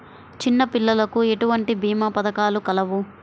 చిన్నపిల్లలకు ఎటువంటి భీమా పథకాలు కలవు?